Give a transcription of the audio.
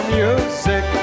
music